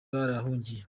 barahungiye